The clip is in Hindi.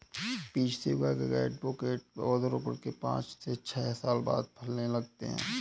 बीज से उगाए गए एवोकैडो के पौधे रोपण के पांच से छह साल बाद फलने लगते हैं